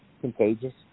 contagious